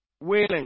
willing